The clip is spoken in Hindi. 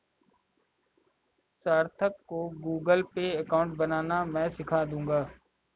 सार्थक को गूगलपे अकाउंट बनाना मैं सीखा दूंगा